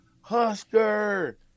Husker